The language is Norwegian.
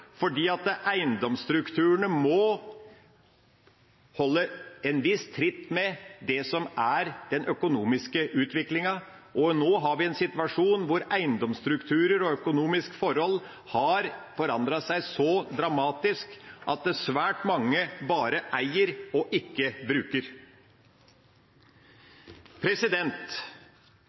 fordi eiendomsstrukturene må til en viss grad holde tritt med det som er den økonomiske utviklinga. Nå har vi en situasjon hvor eiendomsstrukturer og økonomiske forhold har forandret seg så dramatisk at svært mange bare eier og ikke bruker.